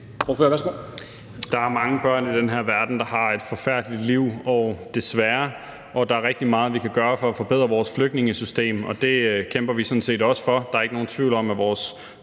Der er mange børn i den her verden, der har et forfærdeligt liv – desværre – og der er rigtig meget, vi kan gøre for at forbedre vores flygtningesystem, og det kæmper vi sådan set også for. Der er ikke nogen tvivl om, at vores